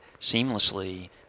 seamlessly